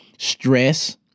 Stress